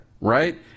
right